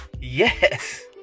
yes